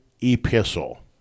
epistle